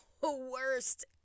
worst